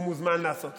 הוא מוזמן לעשות זאת.